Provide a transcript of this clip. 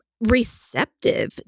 receptive